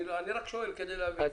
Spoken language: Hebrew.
אני רק שואל כדי להבין.